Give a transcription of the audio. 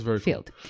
field